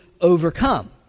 overcome